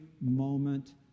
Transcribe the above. moment